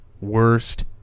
worst